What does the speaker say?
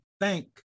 thank